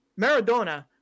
Maradona